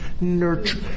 Nurture